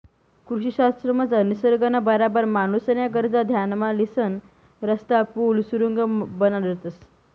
कृषी शास्त्रमझार निसर्गना बराबर माणूसन्या गरजा ध्यानमा लिसन रस्ता, पुल, सुरुंग बनाडतंस